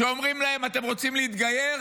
שאומרים להם: אתם רוצים להתגייר?